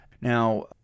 Now